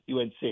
UNC